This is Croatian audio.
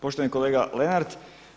Poštovani kolega Lenart.